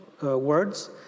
words